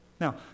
Now